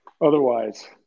otherwise